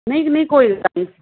ਨਹੀਂ ਨਹੀਂ ਕੋਈ